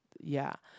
ya